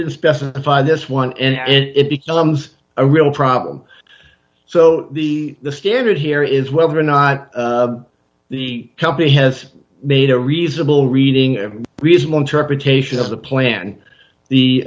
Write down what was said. didn't specify this one and it becomes a real problem so the standard here is whether or not the company have made a reasonable reading and reasonable interpretation of the plan